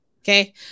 Okay